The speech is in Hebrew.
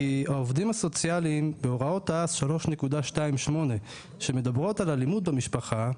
כי העובדים הסוציאליים בהוראות הע"ס 3.28 שמדברות על אלימות במשפחה,